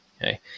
Okay